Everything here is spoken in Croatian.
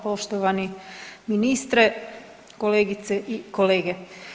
Poštovani ministre, kolegice i kolege.